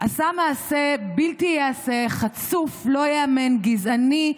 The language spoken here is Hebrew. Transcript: עשה מעשה בלתי ייעשה, חצוף, לא ייאמן, גזעני,